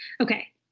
Okay